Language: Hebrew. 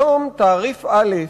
היום תעריף א',